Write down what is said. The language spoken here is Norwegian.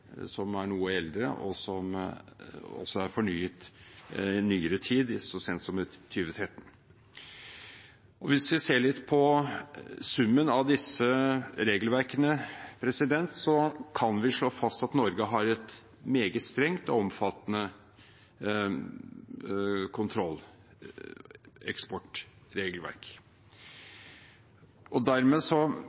Hvis vi ser litt på summen av disse regelverkene, kan vi slå fast at Norge har et meget strengt og omfattende eksportkontrollregelverk. Dermed kan man kanskje si at oppgaven vår blir å holde oss oppdatert om den internasjonale rettsutviklingen og